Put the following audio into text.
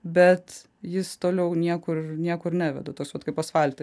bet jis toliau niekur niekur neveda tas vat kaip asfaltu